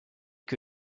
que